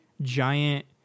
giant